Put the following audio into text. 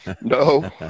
no